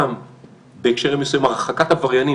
גם בהקשרים מסוימים הרחקת עבריינים